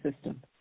system